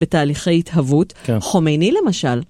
בתהליכי התהוות, חומייני למשל.